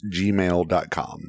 gmail.com